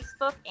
Facebook